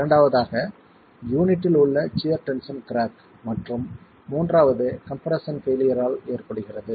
இரண்டாவதாக யூனிட்டில் உள்ள சியர் டென்ஷன் கிராக் மற்றும் மூன்றாவது கம்ப்ரெஸ்ஸன் பெயிலியர் ஆல் ஏற்படுகிறது